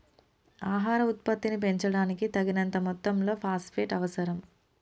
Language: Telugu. ఆహార ఉత్పత్తిని పెంచడానికి, తగినంత మొత్తంలో ఫాస్ఫేట్ అవసరం